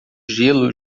gelo